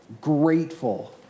grateful